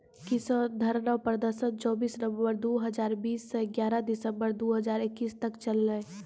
किसान धरना प्रदर्शन चौबीस नवंबर दु हजार बीस स ग्यारह दिसंबर दू हजार इक्कीस तक चललै